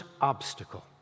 obstacle